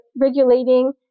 regulating